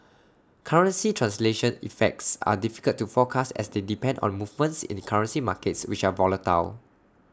currency translation effects are difficult to forecast as they depend on movements in currency markets which are volatile